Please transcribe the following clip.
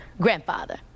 grandfather